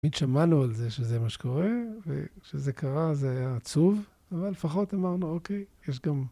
תמיד שמענו על זה שזה מה שקורה, וכשזה קרה זה היה עצוב אבל לפחות אמרנו, אוקיי, יש גם